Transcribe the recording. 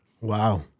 Wow